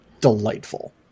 delightful